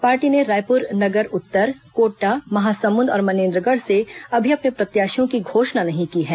party ने रायपुर नगर उत्तर कोटा महासमुद और मनेन्द्रगढ़ से अभी अपने प्रत्याशियों की घोषणा नहीं की है